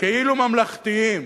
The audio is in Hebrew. הכאילו ממלכתיים,